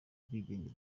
ubwigenge